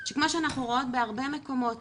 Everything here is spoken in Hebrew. שכמו שאנחנו רואות בהרבה מקומות,